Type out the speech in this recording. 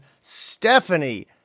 Stephanie